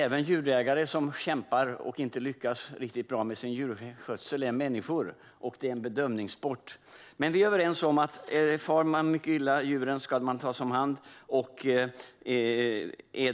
Även djurägare som kämpar och inte lyckas riktigt bra med sin djurskötsel är människor, och det här är en bedömningssport. Vi är överens om att far djuren mycket illa ska de tas om hand.